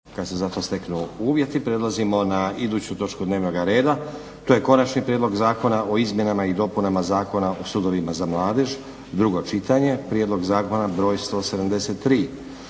**Stazić, Nenad (SDP)** Prelazimo na iduću točku dnevnoga reda, to je: - Konačni prijedlog zakona o izmjenama i dopunama Zakona o sudovima za mladež, drugo čitanje, PZ br.173